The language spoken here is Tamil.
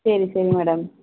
சரி சரி மேடம்